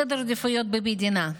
סדר העדיפויות במדינה.